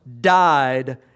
died